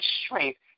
strength